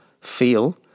feel